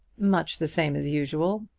much the same as usual.